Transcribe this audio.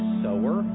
sower